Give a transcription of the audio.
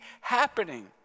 happening